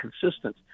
consistent